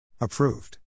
Approved